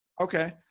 Okay